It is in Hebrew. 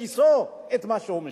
בכיסו את מה שהוא משלם.